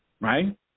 right